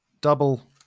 Double